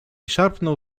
szarpnął